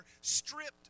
stripped